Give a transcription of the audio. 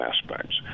aspects